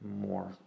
more